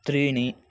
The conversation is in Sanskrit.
त्रीणि